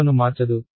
141 అవుతుంది మరియు